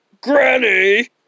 Granny